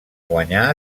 guanyar